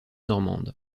normande